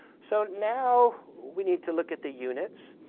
so now we need to look at the units.